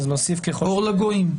אור לגויים.